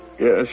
Yes